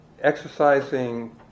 exercising